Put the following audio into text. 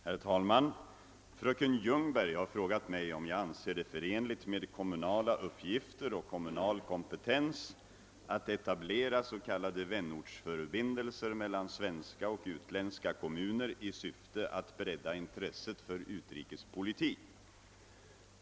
Herr talman! Fröken Ljungberg har frågat mig om jag anser det förenligt med kommunala uppgifter och kommunal kompetens att etablera s.k. vänortsförbindelser mellan svenska och utländska kommuner i syfte att bredda intresset för utrikespolitik.